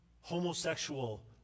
homosexual